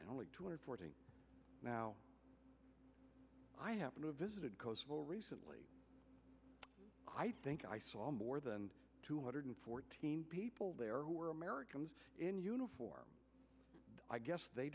and only two hundred forty now i happen to have visited kosovo recently i think i saw more than two hundred fourteen people there were americans in uniform i guess they